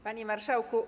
Panie Marszałku!